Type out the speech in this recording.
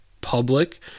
public